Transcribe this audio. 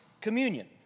communion